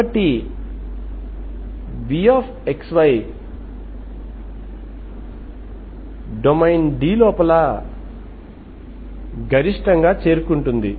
కాబట్టి vxy domain D లోపల గరిష్టంగా చేరుకుంటుంది